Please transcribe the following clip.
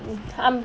um